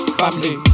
family